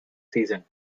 season